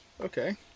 Okay